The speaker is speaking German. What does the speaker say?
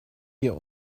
wir